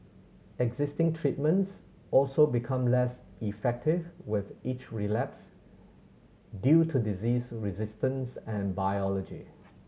existing treatments also become less effective with each relapse due to disease resistance and biology